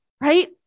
Right